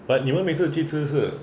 but 你们每次有去吃是